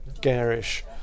garish